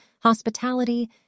hospitality